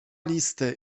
listy